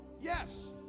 Yes